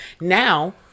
now